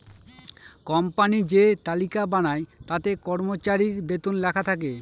company যে তালিকা বানায় তাতে কর্মচারীর বেতন লেখা থাকে